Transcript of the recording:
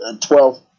Twelve